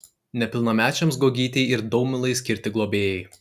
nepilnamečiams guogytei ir daumilai skirti globėjai